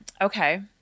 Okay